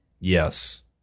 Yes